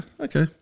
okay